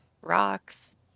rocks